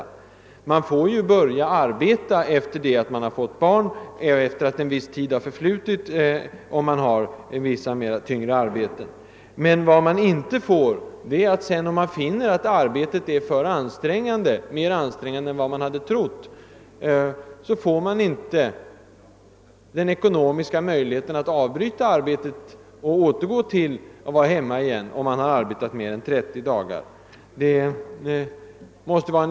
En kvinna får ju börja arbeta efter barnsbörden, eller i vissa fall efter någon tid. Men skulle hon finna att arbetet är mer ansträngande än beräknat har hon kanske inte den ekonomiska möjligheten att avbryta arbetet och återgå till att vara hemma, om hon har arbetat mer än 30 dagar.